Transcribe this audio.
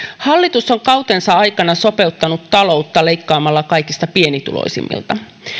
hallitus on kautensa aikana sopeuttanut taloutta leikkaamalla kaikista pienituloisimmilta